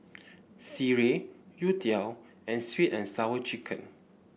Sireh Youtiao and sweet and Sour Chicken